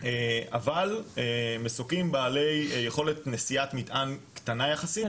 אבל מסוקים בעלי יכולת נשיאת מטען קטנה יחסית,